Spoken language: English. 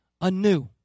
anew